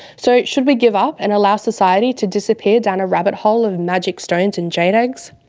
so, should we give up and allow society to disappear down a rabbit hole of magic stones and jade eggs?